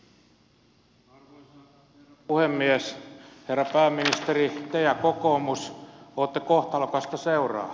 herra pääministeri te ja kokoomus olette kohtalokasta seuraa